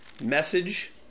Message